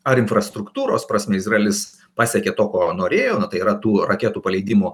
ar infrastruktūros prasme izraelis pasiekė to ko norėjo na tai yra tų raketų paleidimo